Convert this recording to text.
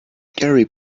gary